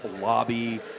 lobby